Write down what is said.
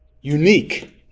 unique